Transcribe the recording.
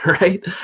right